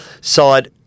Side